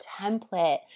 template